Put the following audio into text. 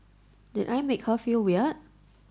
did I make her feel weird